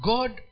God